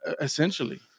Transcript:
Essentially